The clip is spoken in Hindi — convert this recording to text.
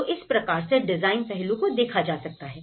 तो इस प्रकार से डिजाइन पहलू को देखा जा सकता है